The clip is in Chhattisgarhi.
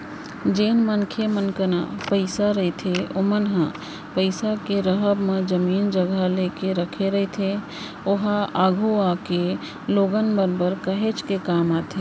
जेन मनखे मन करा पइसा रहिथे ओमन ह पइसा के राहब म जमीन जघा लेके रखे रहिथे ओहा आघु जागे लोगन बर काहेच के काम आथे